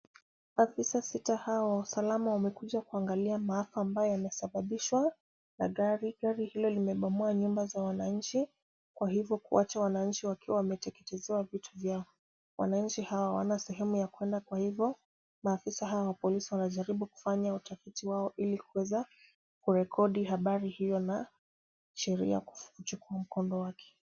Afisa sita hao wa usalama wamekuja kuangalia maafa ambayo yamesababishwa na gari. Gari hilo limebomoa nyumba za wananchi, kwa hivyo kuacha wananchi wakiwa wameteketezewa vitu vyao. Wananchi hawa hawana sehemu ya kwenda kwa hivyo maafisa hawa wa polisi wanajaribu kufanya utafiti wao ili kuweza kurekodi habari hiyo na sheria kuchukua mkondo wake.